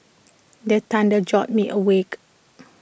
the thunder jolt me awake